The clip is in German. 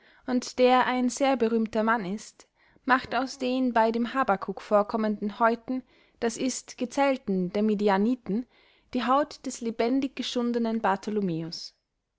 und der ein sehr berühmter mann ist macht aus den bey dem habakuk vorkommenden häuten das ist gezelten der midianiten die haut des lebendiggeschundenen bartholemäus